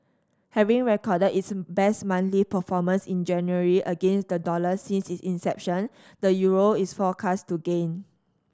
having recorded its best monthly performance in January against the dollar since its inception the euro is forecast to gain